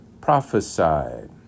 prophesied